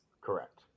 Correct